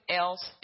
else